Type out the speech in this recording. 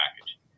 package